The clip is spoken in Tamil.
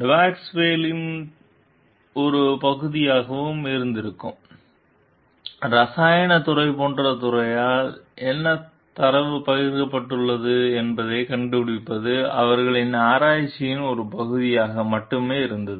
டெபாஸ்குவேலின் ஒரு பகுதியாகவும் இருந்திருக்கும் ரசாயனத் துறை போன்ற துறையால் என்ன தரவு பகிரப்பட்டுள்ளது என்பதைக் கண்டுபிடிப்பது அவர்களின் ஆராய்ச்சியின் ஒரு பகுதியாக மட்டுமே இருந்தது